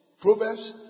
Proverbs